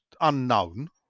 unknown